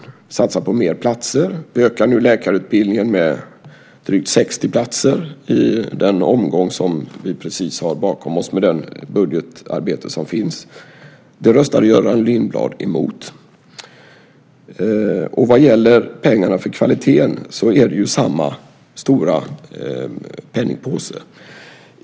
Vi satsar på mer platser och ökar nu läkarutbildningen med drygt 60 platser i den omgång som vi precis har bakom oss med det budgetarbete som finns. Det röstar Göran Lindblad emot. Vad gäller pengarna för kvaliteten är det ju samma stora penningpåse.